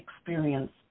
experience